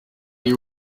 you